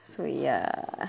so ya